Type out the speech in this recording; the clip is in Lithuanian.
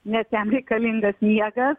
nes jam reikalingas miegas